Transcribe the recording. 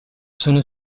sono